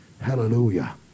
Hallelujah